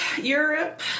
Europe